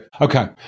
Okay